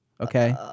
Okay